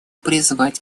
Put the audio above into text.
призвать